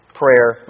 prayer